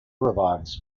revives